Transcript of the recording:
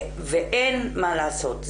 ואין מה לעשות,